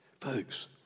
Folks